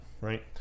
right